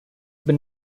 been